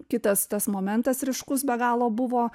kitas tas momentas ryškus begalo buvo